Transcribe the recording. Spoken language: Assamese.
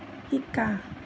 শিকা